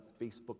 Facebook